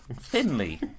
Finley